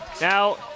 now